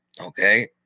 Okay